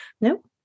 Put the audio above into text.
No